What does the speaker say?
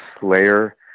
Slayer